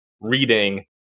reading